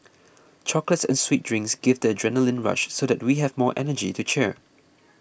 chocolates and sweet drinks gives the adrenaline rush so that we have more energy to cheer